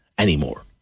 anymore